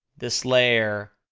this layer,